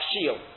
shield